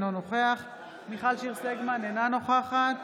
אינו נוכח מיכל שיר סגמן, אינה נוכחת